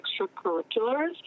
extracurriculars